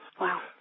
Wow